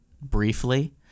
briefly